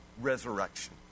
resurrection